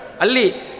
Ali